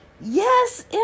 yes